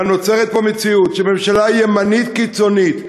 אלא נוצרת פה מציאות שממשלה ימנית קיצונית,